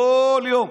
כל יום.